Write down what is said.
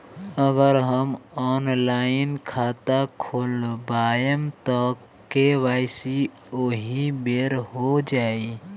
अगर हम ऑनलाइन खाता खोलबायेम त के.वाइ.सी ओहि बेर हो जाई